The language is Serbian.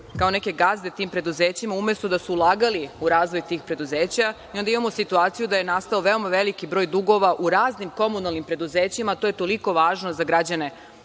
kao neke gazde tim preduzećima, umesto da su ulagali u razvoj tih preduzeća. Onda imamo situaciju da je nastao veoma veliki broj dugova u raznim komunalnim preduzećima, a to je toliko važno za građane